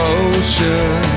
ocean